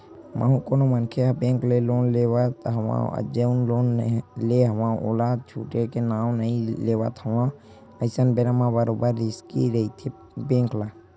कहूँ कोनो मनखे ह बेंक ले लोन ले हवय अउ जउन लोन ले हवय ओला छूटे के नांव नइ लेवत हवय अइसन बेरा म बरोबर रिस्क रहिथे बेंक ल